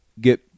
get